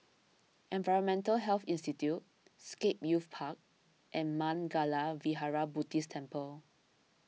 Environmental Health Institute Scape Youth Park and Mangala Vihara Buddhist Temple